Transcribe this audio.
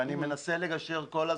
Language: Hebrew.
ואני מנסה לגשר כל הזמן,